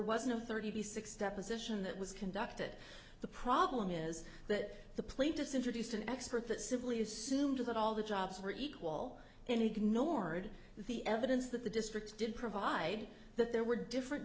no thirty six deposition that was conducted the problem is that the plaintiffs introduced an expert that simply assumed that all the jobs were equal and ignored the evidence that the district did provide that there were different